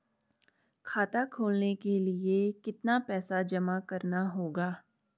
खाता खोलने के लिये कितना पैसा जमा करना होगा?